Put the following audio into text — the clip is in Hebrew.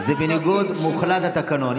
זה בניגוד מוחלט לתקנון.